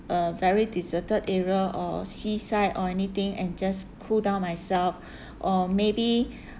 a very deserted area or sea side or anything and just cool down myself or maybe